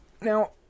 Now